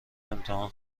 امتحان